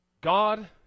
God